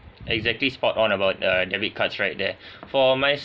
exactly spot on about err debit cards right there for my